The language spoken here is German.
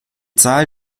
zahl